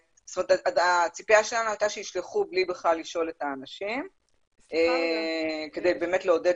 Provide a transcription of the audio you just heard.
הציפייה שלנו הייתה שישלחו בלי לשאול את האנשים כדי לעודד